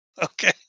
Okay